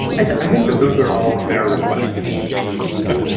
i think that those are all fair requests.